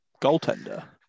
goaltender